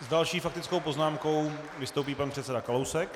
S další faktickou poznámkou vystoupí pan předseda Kalousek.